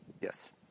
Yes